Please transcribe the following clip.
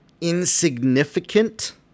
insignificant